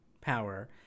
power